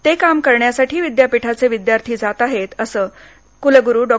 ते काम करण्यासाठी विद्यापीठाचे विद्यार्थी जात आहेत असं कुलगुरू डॉ